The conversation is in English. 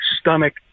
stomach